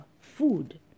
food